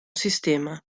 sistema